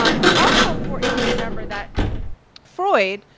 ah it's also important to remember that freud,